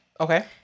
Okay